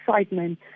excitement